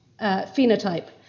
phenotype